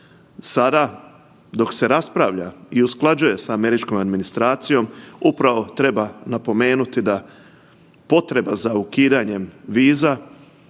Sada dok se raspravlja i usklađuje sa američkom administracijom upravo treba napomenuti da potreba za ukidanjem viza